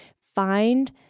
Find